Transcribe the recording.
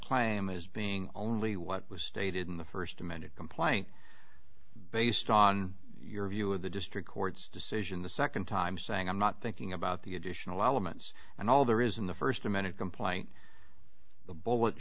claim as being only what was stated in the first amended complaint based on your view of the district court's decision the second time saying i'm not thinking about the additional elements and all there is in the first amended complaint the ball